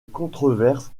controverse